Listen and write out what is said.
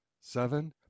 seven